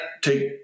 take